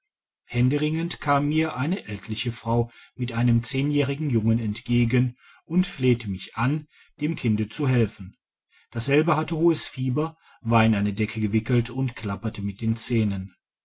händeringend kam mir eine ältliche frau mit einem zehnjährigen jungen entgegen und flehte mich an dem kinds zu helfen dasselbe hatte hohes fieber war in eine decke gewickelt und klapperte mit den zähnen